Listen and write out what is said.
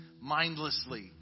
mindlessly